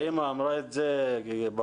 האימא אמרה את זה ברור ויפה.